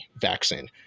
vaccine